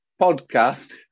Podcast